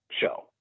show